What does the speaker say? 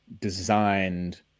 designed